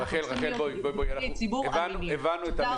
אנחנו צריכים להיות --- רחל, הבנו את המסר.